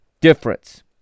difference